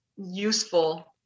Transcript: useful